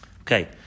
okay